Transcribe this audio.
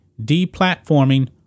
deplatforming